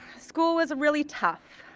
school was really tough.